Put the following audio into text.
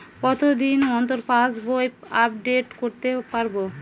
কতদিন অন্তর পাশবই আপডেট করতে পারব?